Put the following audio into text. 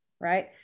right